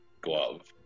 glove